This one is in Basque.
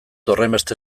horrenbeste